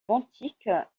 benthique